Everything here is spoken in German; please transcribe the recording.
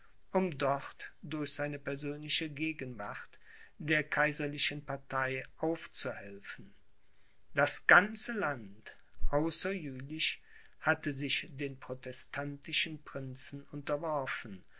um dort durch seine persönliche gegenwart der kaiserlichen partei aufzuhelfen das ganze land außer jülich hatte sich den protestantischen prinzen unterworfen